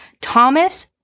Thomas